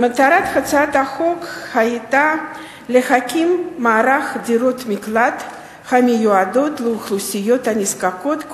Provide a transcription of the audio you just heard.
שמטרתה היתה להקים מערך דירות מקלט המיועדות לאוכלוסיות נזקקות,